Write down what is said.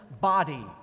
body